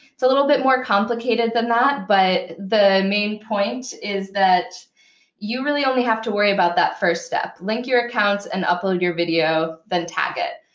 it's a little bit more complicated than that. but the main point is that you really only have to worry about that first step. link your accounts, and upload your video. then tag it.